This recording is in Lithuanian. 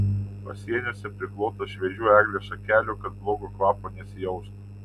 pasieniuose priklota šviežių eglės šakelių kad blogo kvapo nesijaustų